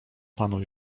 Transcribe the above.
panu